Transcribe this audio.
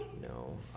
no